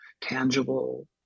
tangible